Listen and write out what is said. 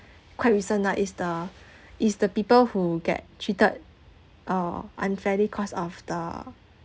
quite recent ah it's the it's the people who get cheated uh unfairly cause of the